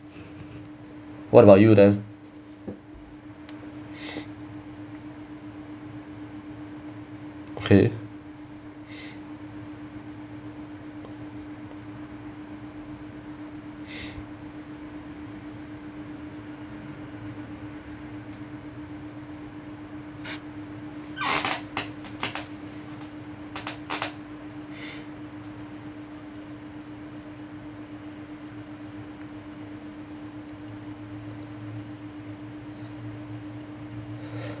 what about you then okay